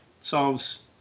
solves